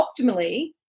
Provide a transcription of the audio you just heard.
optimally